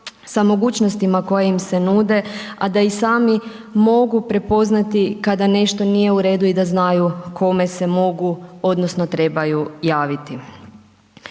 sa mogućnostima koje im se nude a da i sami mogu prepoznati kada nešto nije u redu i da znaju kome se mogu, odnosno trebaju javiti.